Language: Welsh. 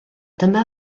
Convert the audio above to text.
dyma